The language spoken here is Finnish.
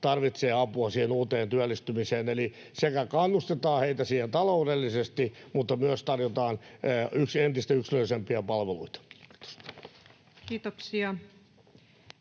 tarvitsevat apua uuteen työllistymiseen, eli heitä sekä kannustetaan siihen taloudellisesti mutta myös tarjotaan entistä yksilöllisempiä palveluita. [Speech 37]